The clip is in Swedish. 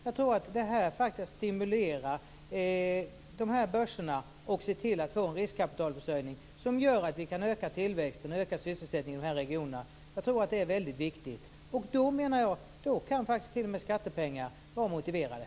Jag tror att detta faktiskt stimulerar börserna och ser till att vi får en riskkapitalförsörjning som gör att vi kan öka tillväxten och sysselsättningen i de här regionerna. Det är väldigt viktigt. Då menar jag att t.o.m. skattepengar kan vara motiverade.